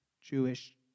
Jewish